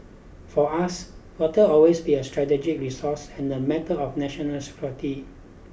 for us water always be a strategic resource and a matter of national security